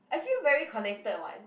I feel very connected [what]